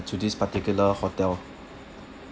to this particular hotel